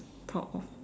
proud of